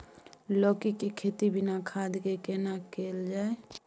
लौकी के खेती बिना खाद के केना कैल जाय?